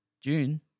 June